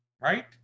right